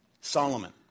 Solomon